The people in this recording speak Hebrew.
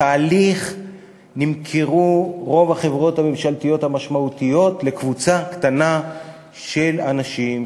בתהליך נמכרו רוב החברות הממשלתיות המשמעותיות לקבוצה קטנה של אנשים,